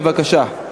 בבקשה.